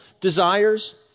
desires